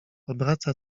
obraca